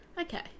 Okay